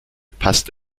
passt